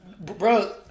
bro